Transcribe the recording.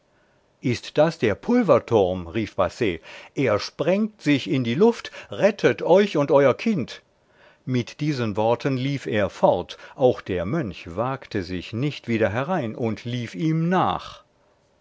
ist das der puleverturm rief basset er sprengt sich in die luft rettet euch und euer kind mit diesen worten lief er fort auch der mönch wagte sich nicht wieder herein und lief ihm nach